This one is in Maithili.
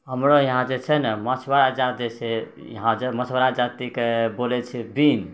हमरा यहाँ जे छै ने मछुआरा जाति छै यहाँ मछुआरा जातिके बोलै छै बिन्द